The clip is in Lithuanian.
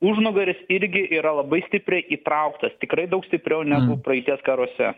užnugaris irgi yra labai stipriai įtrauktas tikrai daug stipriau negu praeities karuose